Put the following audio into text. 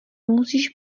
musíš